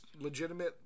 legitimate